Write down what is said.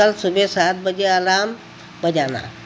कल सुबह सात बजे अलार्म बजाना